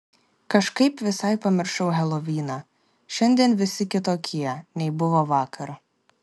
kažkaip visai pamiršau heloviną šiandien visi kitokie nei buvo vakar